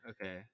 okay